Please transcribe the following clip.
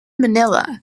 manila